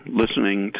listening